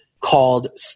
called